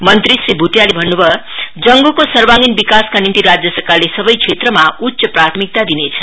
मन्त्री श्री भुटियाले भन्न् भयो जंगुको सर्वाङ्गिन विकासका निम्ति राज्य सरकारले सबै क्षेत्रमा उच्च प्राथमिकता दिनेछ